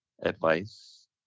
advice